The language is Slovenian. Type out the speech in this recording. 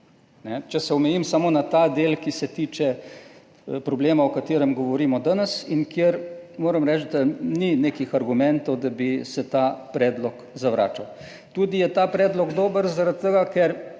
Če se omejim samo na ta del, ki se tiče problema, o katerem govorimo danes, in kjer moram reči, da ni nekih argumentov, da bi se ta predlog zavračal. Tudi je ta predlog dober zaradi tega, ker